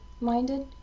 minded